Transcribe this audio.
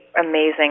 amazing